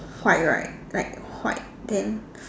white right like white then